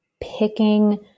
picking